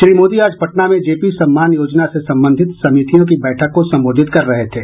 श्री मोदी आज पटना में जेपी सम्मान योजना से संबंधित समितियों की बैठक को संबोधित कर रहे थे